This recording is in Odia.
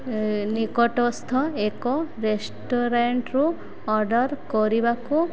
ନିକଟସ୍ଥ ଏକ ରେଷ୍ଟୁରାଣ୍ଟ୍ରୁୁ ଅର୍ଡ଼ର୍ କରିବାକୁ